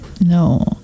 no